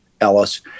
Ellis